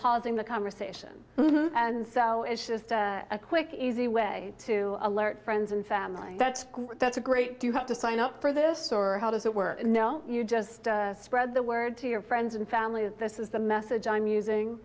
pausing the conversation and so it's just a quick easy way to alert friends and family that that's a great do you have to sign up for this or how does that work you just spread the word to your friends and family this is the message i'm using